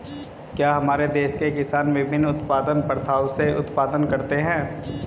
क्या हमारे देश के किसान विभिन्न उत्पादन प्रथाओ से उत्पादन करते हैं?